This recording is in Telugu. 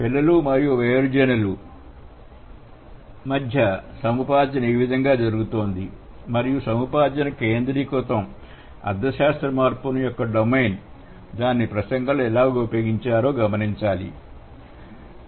పిల్లలు మరియు వయోజనులు మధ్య సముపార్జన ఏవిధంగా జరుగుతుందో మరియు సముపార్జన కేంద్రీకృతం అర్థశాస్త్ర మార్పు యొక్క డొమైన్ దానిని ప్రసంగంలో ఎలా ఉపయోగిస్తారు గమనించాలిరు